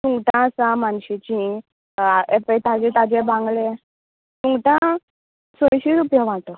सुंगटां आसा मानशेचीं एपय ताज्जें ताज्जें बांगडें सुंगटां सयशीं रुपया वाटो